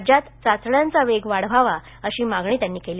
राज्यात चाचण्यांचा वेग वाढवावा अशी मागणी त्यांनी केली